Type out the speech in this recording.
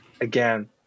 Again